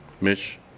Mitch